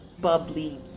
bubbly